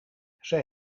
zij